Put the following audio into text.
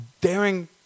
daring